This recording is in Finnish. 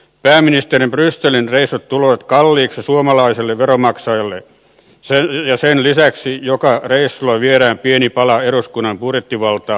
pääministerin brysselin reissut tulevat kalliiksi suomalaiselle veronmaksajalle ja sen lisäksi joka reissulla viedään pieni pala eduskunnan budjettivaltaa brysseliin